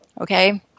Okay